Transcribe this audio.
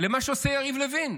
למה שעושה יריב לוין,